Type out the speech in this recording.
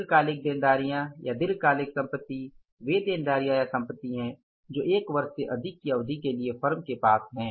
दीर्घकालिक देनदारियां या दीर्घकालिक संपत्ति वे देनदारियां या संपत्ति हैं जो एक वर्ष से अधिक की अवधि के लिए फर्म के साथ हैं